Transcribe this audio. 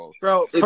bro